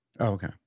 Okay